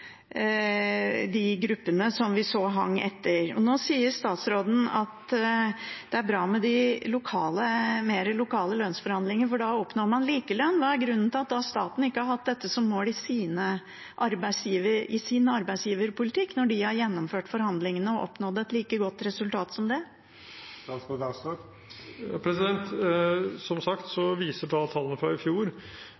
de gruppene som vi så hang etter. Nå sier statsråden at det er bra med de mer lokale lønnsforhandlingene, for da oppnår man likelønn. Hva er grunnen til at staten da ikke har hatt dette som mål i sin arbeidsgiverpolitikk når de har gjennomført forhandlingene og oppnådd et like godt resultat som det? Som sagt